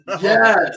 Yes